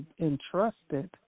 entrusted